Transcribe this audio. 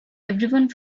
everyone